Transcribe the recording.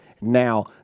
now